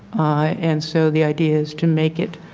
and so the idea is to make it